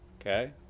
Okay